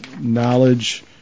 knowledge